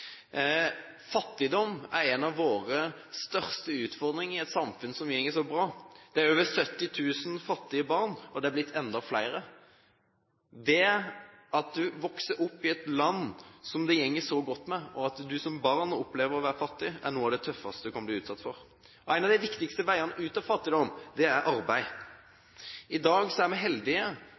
et samfunn som går så bra. Det er over 70 000 fattige barn, og det blir enda flere. Det at du vokser opp i et land som det går så godt med, og at du som barn må oppleve å være fattig, er noe av det tøffeste du kan bli utsatt for. En av de viktigste veiene ut av fattigdom er arbeid. I dag er vi heldige